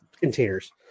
containers